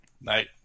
Night